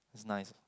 it's nice